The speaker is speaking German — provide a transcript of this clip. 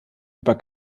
über